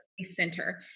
center